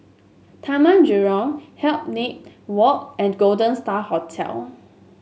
Taman Jurong Hindhede Walk and Golden Star Hotel